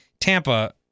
Tampa